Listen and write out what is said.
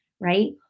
right